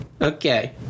Okay